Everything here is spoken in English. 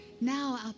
Now